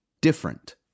different